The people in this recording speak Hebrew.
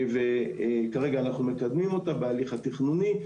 וכרגע אנחנו מקדמים אותה בהליך התכנוני,